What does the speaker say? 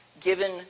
given